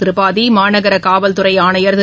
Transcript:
திரிபாதி மாநகர காவல்துறை ஆணையர் திரு